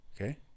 Okay